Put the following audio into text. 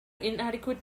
inadequate